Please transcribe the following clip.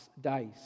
Dice